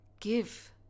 Give